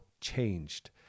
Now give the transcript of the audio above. changed